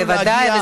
בוודאי.